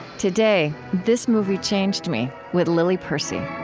today, this movie changed me, with lily percy